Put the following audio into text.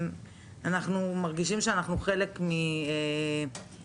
אנחנו מרגישים שאנחנו חלק משליחות.